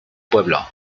pueblo